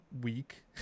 week